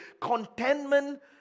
contentment